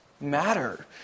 matter